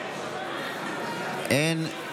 אין.